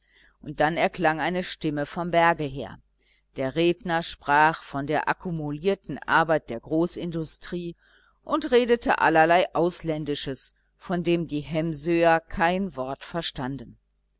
und dann erklang eine stimme vom berge her der redner sprach von der akkumulierten arbeit der großindustrie und redete allerlei ausländisches von dem die hemsöer kein wort verstanden